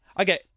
Okay